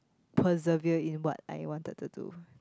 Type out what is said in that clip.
persevere in what I wanted to do